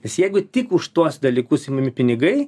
nes jeigu tik už tuos dalykus imami pinigai